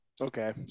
Okay